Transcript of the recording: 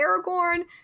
Aragorn